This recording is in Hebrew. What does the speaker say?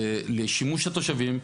לשימוש התושבים,